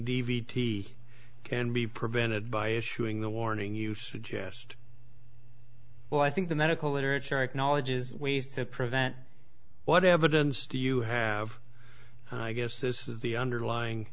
d can be prevented by issuing the warning you suggest well i think the medical literature acknowledges we prevent what evidence do you have i guess this is the underlying